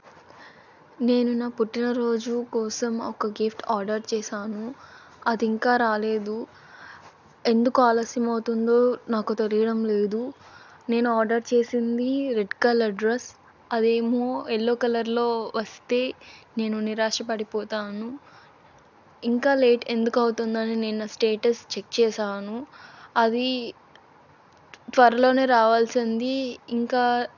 నేను నా పుట్టినరోజు కోసం ఒక గిఫ్ట్ ఆర్డర్ చేశాను అదింకా రాలేదు ఎందుకు ఆలస్యం అవుతుందో నాకు తెలియడం లేదు నేను ఆర్డర్ చేసింది రెడ్ కలర్ డ్రస్ అదేమో ఎల్లో కలర్లో వస్తే నేను నిరాశ పడిపోతాను ఇంకా లేట్ ఎందుకు అవుతుందని నిన్న స్టేటస్ చెక్ చేసాను అది త్వరలోనే రావల్సింది ఇంకా